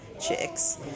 chicks